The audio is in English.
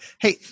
Hey